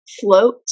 float